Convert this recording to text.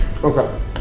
Okay